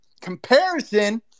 Comparison